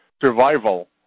survival